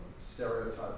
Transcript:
stereotype